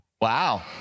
Wow